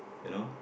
you know